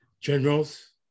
generals